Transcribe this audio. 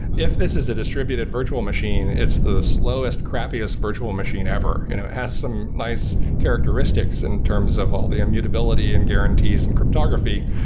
if this is a distributed virtual machine, it's the slowest, crappiest this virtual machine ever. it has some nice characteristics in terms of all the immutability and guaranties in cryptography,